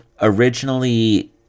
Originally